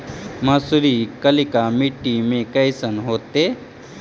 मसुरी कलिका मट्टी में कईसन होतै?